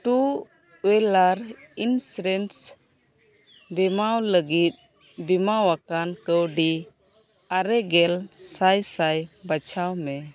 two-wheeler insurance ᱵᱤᱢᱟ ᱞᱟᱹᱜᱤᱫ ᱵᱤᱢᱟᱣ ᱟᱠᱟᱱ ᱠᱟᱹᱣᱰᱤ ᱟᱨᱮᱜᱮᱞ ᱥᱟᱭ ᱥᱟᱭ ᱵᱟᱪᱷᱟᱣ ᱢᱮ